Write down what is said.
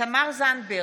תמר זנדברג,